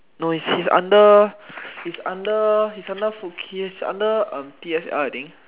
no he's under he's under he's under he's under uh T_S_L I think